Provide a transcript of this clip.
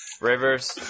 Rivers